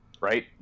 right